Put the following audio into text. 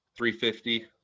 350